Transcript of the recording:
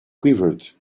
quivered